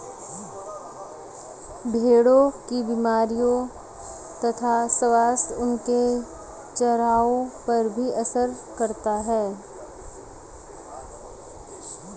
भेड़ों की बीमारियों तथा स्वास्थ्य उनके चरवाहों पर भी असर कर सकता है